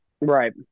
Right